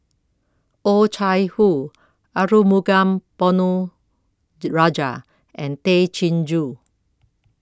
Oh Chai Hoo Arumugam Ponnu Rajah and Tay Chin Joo